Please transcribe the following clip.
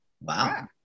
wow